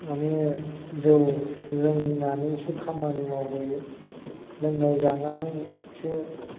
माने जौ लोंनानैसो खामानि मावबोयो लोंनाय जानानैसो